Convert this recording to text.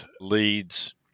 leads